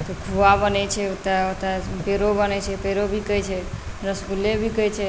ओतऽ खोआ बनैत छै तऽ ओतय पेड़ो बनैत छै पेड़ो बिकैत छै रसगुल्ले बिकैत छै